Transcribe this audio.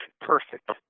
perfect